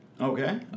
Okay